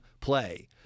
play